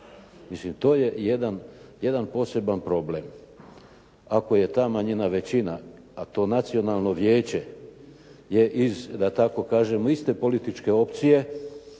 Mislim to je jedan poseban problem. Ako je ta manjina većina, a to nacionalno vijeće je iz, da tako kažem liste političke opcije,